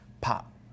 pop